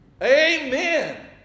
Amen